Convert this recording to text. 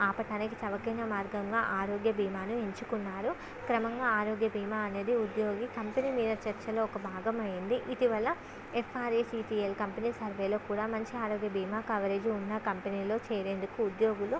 ఆపటానికి చవకైన మార్గంగా ఆరోగ్య భీమాను ఎంచుకున్నారు క్రమంగా ఆరోగ్య భీమా అనేది ఉద్యోగి కంపెనీ మీద చర్చలో ఒక భాగమైంది ఇటీవల ఎఫ్ఆర్ఏ సిటిఎల్ కంపెనీ సర్వేలో కూడా మంచి ఆరోగ్య భీమా కవరేజీ ఉన్న కంపెనీలో చేరేందుకు ఉద్యోగులు